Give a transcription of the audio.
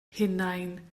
hunain